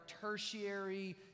tertiary